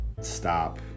stop